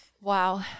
Wow